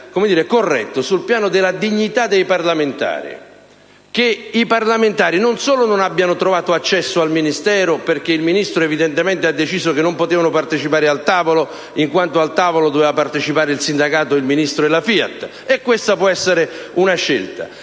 credo sia corretto sul piano della dignità dei parlamentari che questi non solo non abbiano trovato accesso al Ministero, perché il Ministro evidentemente ha deciso che non potevano partecipare al tavolo, in quanto dovevano partecipare solo il sindacato, il Ministro e la FIAT - e questa può essere una scelta